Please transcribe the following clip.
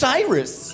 Cyrus